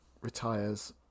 retires